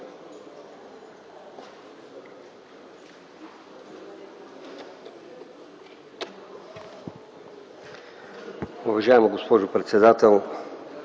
Уважаема госпожо председател,